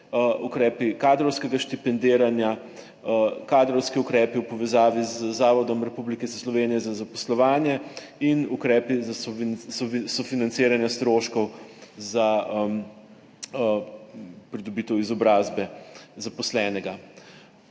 ukrepi kadrovskega štipendiranja, kadrovski ukrepi v povezavi z Zavodom Republike Slovenije za zaposlovanje in ukrepi za sofinanciranje stroškov za pridobitev izobrazbe zaposlenega.